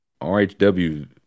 RHW